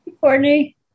Courtney